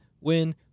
win